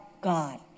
God